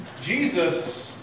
Jesus